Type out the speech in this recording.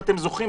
אם אתם זוכרים,